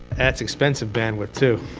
that's expensive bandwidth, too.